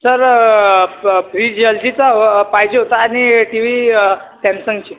sir प fridge यल जीचा हव पाहिजे होता आणि टी वी सॅमसंगची